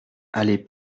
allée